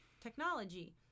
technology